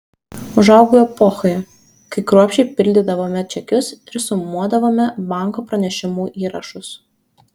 užaugau epochoje kai kruopščiai pildydavome čekius ir sumuodavome banko pranešimų įrašus